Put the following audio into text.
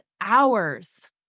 hours